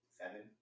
seven